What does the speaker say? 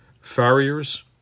farriers